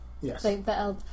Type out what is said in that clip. Yes